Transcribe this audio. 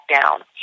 down